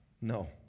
No